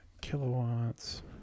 Kilowatts